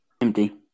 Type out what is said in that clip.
Empty